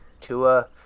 Tua